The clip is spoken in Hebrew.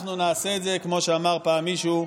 ואנחנו נעשה את זה, כמו שאמר פעם מישהו,